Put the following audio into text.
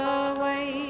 away